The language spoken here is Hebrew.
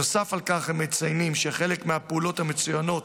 נוסף על כך, הם מציינים שחלק מהפעולות המצוינות